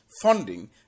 funding